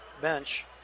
bench